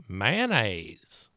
mayonnaise